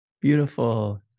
Beautiful